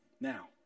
Now